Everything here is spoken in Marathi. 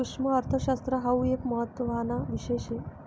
सुक्ष्मअर्थशास्त्र हाउ एक महत्त्वाना विषय शे